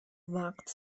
وقت